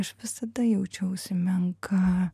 aš visada jaučiausi menka